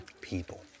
people